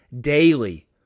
daily